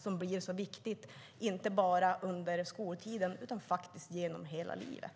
Det är så viktigt inte bara under skoltiden utan genom hela livet.